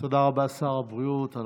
תודה רבה, שר הבריאות.